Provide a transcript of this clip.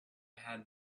had